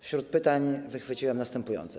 Wśród pytań wychwyciłem następujące.